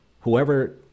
Whoever